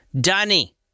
Danny